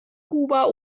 kuba